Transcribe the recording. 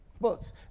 Books